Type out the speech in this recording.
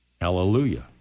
hallelujah